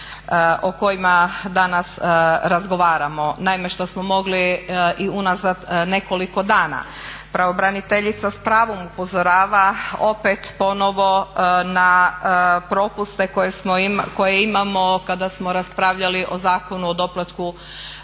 o kojima danas razgovaramo, što smo mogli i unazad nekoliko dana. Pravobraniteljica s pravom upozorava opet, ponovo na propuste koje imamo kada smo raspravljali o Zakonu o doplatu